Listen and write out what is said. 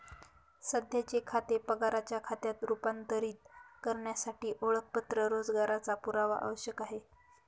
सध्याचे खाते पगाराच्या खात्यात रूपांतरित करण्यासाठी ओळखपत्र रोजगाराचा पुरावा आवश्यक आहे